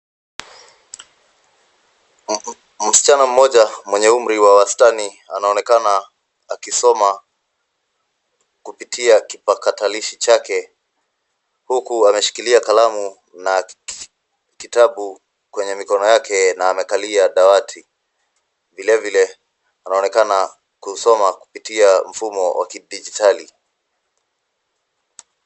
Msichana mmoja mwenye umri wa wastani anaonekana akisoma kupitia kipakatalishi chake huku ameshikilia kalamu na kitabu kwenye mikono yake na amekalia dawati. Vile vile anaonekana kusoma kupitia mfumo wa kidijitali.